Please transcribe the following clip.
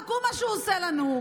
חכו מה שהוא עושה לנו,